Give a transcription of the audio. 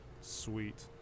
Sweet